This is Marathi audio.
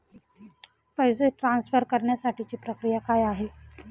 पैसे ट्रान्सफर करण्यासाठीची प्रक्रिया काय आहे?